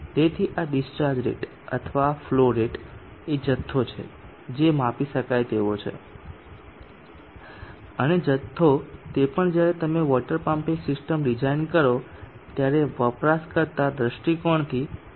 તેથી આ discharge rate અથવા ફ્લો રેટ એ જથ્થો છે જે માપી શકાય તેવો છે અને જથ્થો તે પણ જ્યારે તમે વોટર પમ્પિંગ સિસ્ટમ ડિઝાઇન કરો ત્યારે વપરાશકર્તા દ્રષ્ટિકોણથી આવશ્યકતા છે